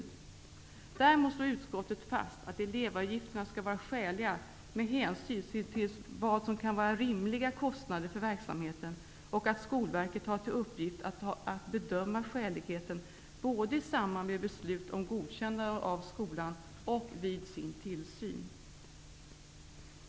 Däremot slår utskottet fast att elevavgifterna skall vara skäliga med hänsyn till vad som kan vara rimliga kostnader för verksamheten och att Skolverket har till uppgift att bedöma skäligheten både i samband med beslut om godkännande av skolan och vid sin tillsyn.